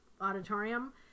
auditorium